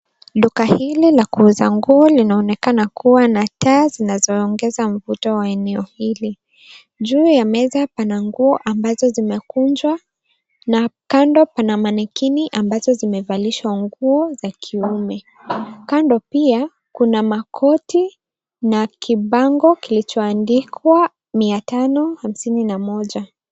Duka hili la kuuza nguo linaonekana kuwa na taa zinazoongeza mpato ya eneo hili. Juu ya meza pana nguo ambazo zimekunjwa na kando kuna manekini ambazo zimevalishwa manguo za kiume. Kando pia kuna makoti na kibango kilichoandikwa mia tano hamsini na moja.